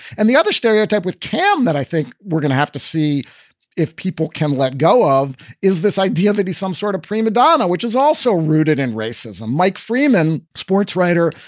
and the other stereotype with cam that i think we're going to have to see if people can let go of is this idea that he's some sort of prima donna, which is also rooted in racism. mike freeman, sports writer,